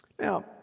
Now